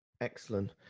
excellent